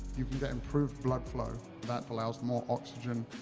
you can get improved blood flow. that allows more oxygen,